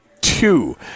Two